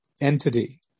entity